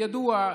ידוע,